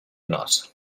not